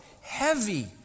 heavy